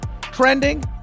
trending